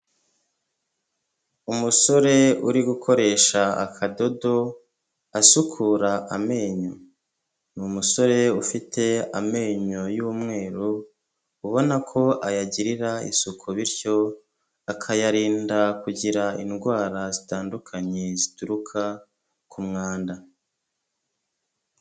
Umusore uri gukoresha akadodo asukura amenyo. Ni umusore ufite amenyo y'umweru ubona ko ayagirira isuku bityo akayarinda kugira indwara zitandukanye zituruka ku mwanda.